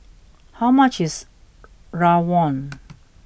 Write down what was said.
how much is Rawon